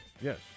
Yes